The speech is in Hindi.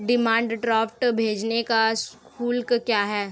डिमांड ड्राफ्ट भेजने का शुल्क क्या है?